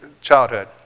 childhood